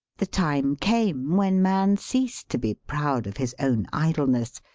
the time came when man ceased to be proud of his own idleness,